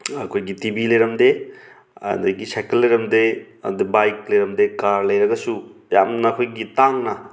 ꯑꯩꯈꯣꯏꯒꯤ ꯇꯤꯕꯤ ꯂꯩꯔꯝꯗꯦ ꯑꯗꯒꯤ ꯁꯥꯏꯀꯜ ꯂꯩꯔꯝꯗꯦ ꯑꯗꯣ ꯕꯥꯏꯛ ꯂꯩꯔꯝꯗꯦ ꯀꯥꯔ ꯂꯩꯔꯒꯁꯨ ꯌꯥꯝꯅ ꯑꯩꯈꯣꯏꯒꯤ ꯇꯥꯡꯅ